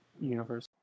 universe